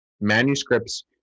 manuscripts